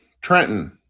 Trenton